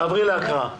תעברי להקראה.